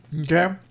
Okay